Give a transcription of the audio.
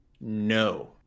No